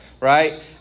right